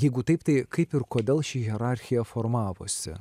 jeigu taip tai kaip ir kodėl ši hierarchija formavosi